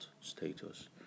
status